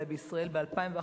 אלא בישראל ב-2011,